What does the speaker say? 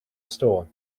store